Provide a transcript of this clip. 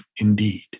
indeed